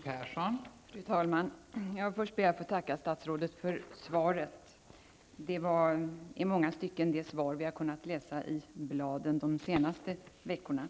Fru talman! Jag skall först be att få tacka statsrådet för svaret. Det var i många stycken det svar vi har kunnat läsa oss till i bladen de senaste veckorna.